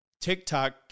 TikTok